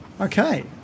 Okay